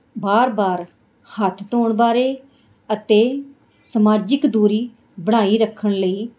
ਵਾਰ ਵਾਰ ਹੱਥ ਧੋਣ ਬਾਰੇ ਅਤੇ ਸਮਾਜਿਕ ਦੂਰੀ ਬਣਾਈ ਰੱਖਣ ਲਈ